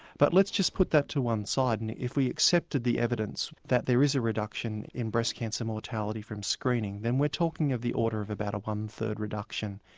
but let's just put that to one side. and if we accepted the evidence that there is a reduction in breast cancer mortality from screening, then we're talking of the order about a one-third reduction.